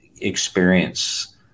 experience